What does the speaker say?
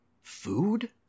food